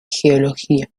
geología